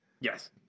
Yes